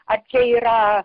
ar čia yra